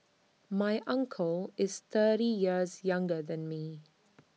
my uncle is thirty years younger than me